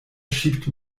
schiebt